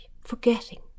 forgetting